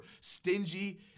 Stingy